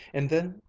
and then,